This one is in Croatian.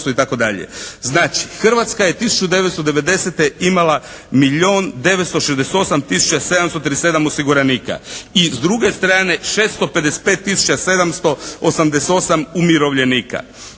Znači, Hrvatska je 1990. imala milijun 968 tisuća 737 osiguranika i s druge strane 655 tisuća 788 umirovljenika.